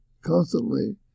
constantly